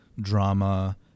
drama